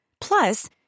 Plus